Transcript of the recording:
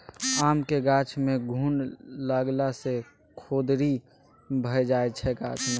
आमक गाछ मे घुन लागला सँ खोदरि भए जाइ छै गाछ मे